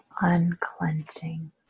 unclenching